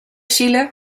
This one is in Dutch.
zielen